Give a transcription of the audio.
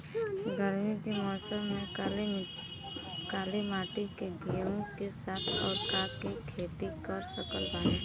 गरमी के मौसम में काली माटी में गेहूँ के साथ और का के खेती कर सकत बानी?